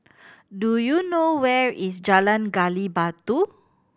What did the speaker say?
do you know where is Jalan Gali Batu